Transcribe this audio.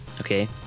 Okay